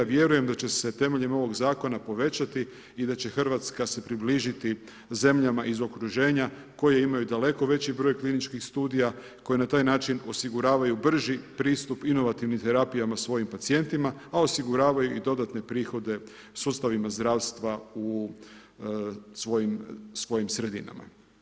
Vjerujem da će se temeljem ovog Zakona povećati i da će RH se približiti zemljama iz okruženja koje imaju daleko veći broj kliničkih studija koje na taj način osiguravaju brži pristup inovativnim terapijama svojim pacijentima, a osiguravaju i dodatne prihode sustavima zdravstva u svojim sredinama.